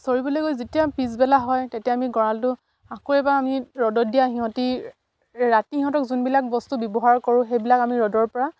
চৰিবলৈ গৈ যেতিয়া পিছবেলা হয় তেতিয়া আমি গঁৰালটো আকৌ এবাৰ আমি ৰ'দত দিয়া সিহঁতি ৰাতি সিহঁতক যোনবিলাক বস্তু ব্যৱহাৰ কৰোঁ সেইবিলাক আমি ৰ'দৰ পৰা